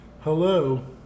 Hello